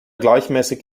gleichmäßig